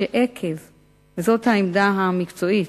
וזאת העמדה המקצועית,